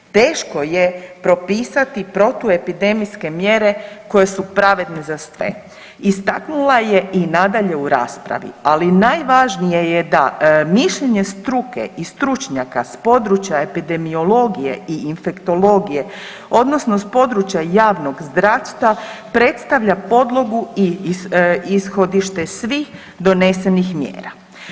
Teško je propisati protuepidemijske mjere koje su pravedne za sve istaknula je i nadalje u raspravi, ali najvažnije je da mišljenje struke i stručnjaka iz područja epidemiologije i infektologije odnosno s područja javnog zdravstva predstavlja podlogu i ishodište svih donesenih mjera.